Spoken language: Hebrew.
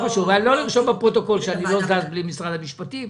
לא לרשום בפרוטוקול שאני לא זז בלי משרד המשפטים.